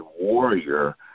warrior